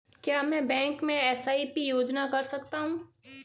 क्या मैं बैंक में एस.आई.पी योजना कर सकता हूँ?